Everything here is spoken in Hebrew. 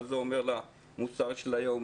מה זה אומר למצב של היום.